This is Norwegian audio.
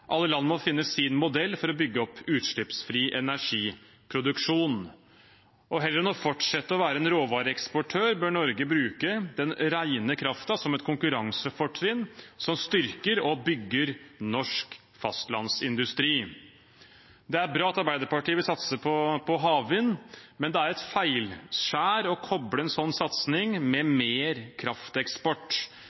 Alle land må finne sin modell for å bygge opp utslippsfri energiproduksjon. Heller enn å fortsette å være en råvareeksportør bør Norge bruke den rene kraften som et konkurransefortrinn, som styrker og bygger norsk fastlandsindustri. Det er bra at Arbeiderpartiet vil satse på havvind, men det er et feilskjær å koble en sånn satsing med mer krafteksport.